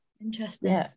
interesting